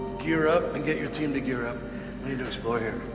gear up and get your team to gear up. we need to explore here.